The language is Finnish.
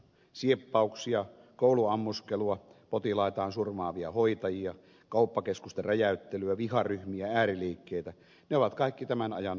sieppauksia kouluammuskelua potilaitaan surmaavia hoitajia kauppakeskusten räjäyttelyä viharyhmiä ääriliikkeitä ne ovat kaikki tämän ajan merkkejä